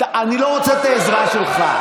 אני לא רוצה את העזרה שלך.